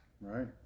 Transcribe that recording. Right